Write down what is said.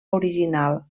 original